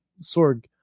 Sorg